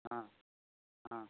हँ हँ